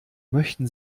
möchten